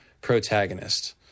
protagonist